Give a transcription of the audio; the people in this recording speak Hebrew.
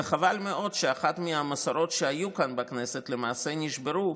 וחבל מאוד שאחת מהמסורות שהיו כאן בכנסת למעשה נשברה,